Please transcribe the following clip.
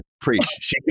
Preach